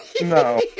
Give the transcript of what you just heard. No